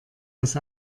das